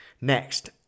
Next